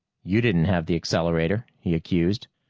you didn't have the accelerator, he accused.